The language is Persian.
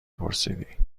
پرسیدی